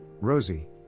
Rosie